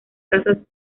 casas